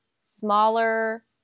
smaller